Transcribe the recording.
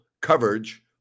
coverage